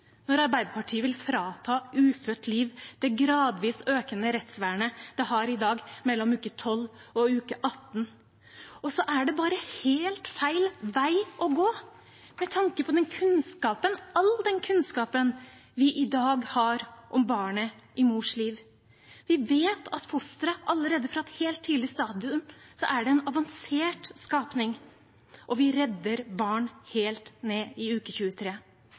når Arbeiderpartiet vil frata ufødt liv det gradvis økende rettsvernet det har i dag, mellom uke 12 og uke 18. Og det er bare helt feil vei å gå med tanke på all den kunnskapen vi i dag har om barnet i mors liv. Vi vet at fosteret allerede fra et helt tidlig stadium er en avansert skapning, og vi redder barn helt ned i uke 23.